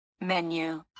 menu